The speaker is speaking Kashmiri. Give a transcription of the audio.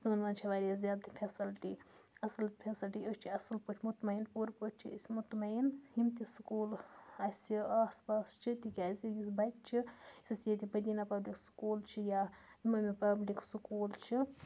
تِمَن منٛز چھِ واریاہ زیادٕ فیسَلٹی اَصٕل فیسَلٹی أسۍ چھِ اَصٕل پٲٹھۍ مطمعیٖن پوٗرٕ پٲٹھۍ چھِ أسۍ مطمعیٖن یِم تہِ سکوٗل اَسہِ آس پاس چھِ تِکیٛازِ یُس بَچہِ چھِ یُس اَسہِ ییٚتہِ مٔدیٖنہ پَبلِک سکوٗل چھِ یا اِمامیہ پَبلِک سکوٗل چھِ